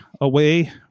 away